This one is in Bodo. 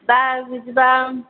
दा बिदिब्ला